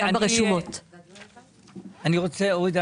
אורית,